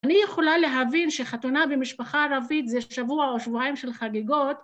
אני יכולה להבין שחתונה במשפחה ערבית זה שבוע או שבועיים של חגיגות.